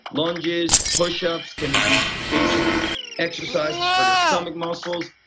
lounges, push ups, can they do basic exercises for their stomach muscles,